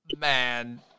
Man